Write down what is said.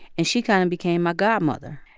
and she kind of became my godmother.